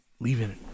leaving